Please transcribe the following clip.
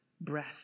breath